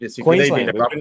Queensland